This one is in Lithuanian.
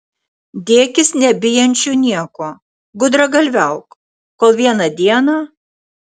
dėkis nebijančiu nieko gudragalviauk kol vieną dieną